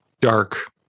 dark